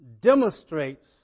demonstrates